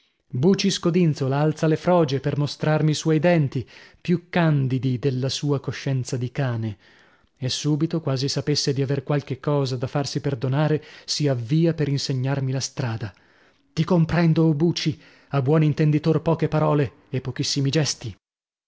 buci scodinzola alza le froge per mostrarmi i suoi denti più candidi della sua coscienza di cane e subito quasi sapesse di aver qualche cosa da farsi perdonare si avvia per insegnarmi la strada ti comprendo o buci a buon intenditor poche parole e pochissimi gesti